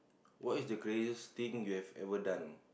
what is the craziest thing you have ever done